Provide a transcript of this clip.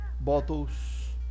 bottles